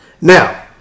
Now